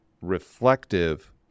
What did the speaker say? reflective